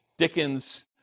Dickens